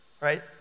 right